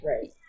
Right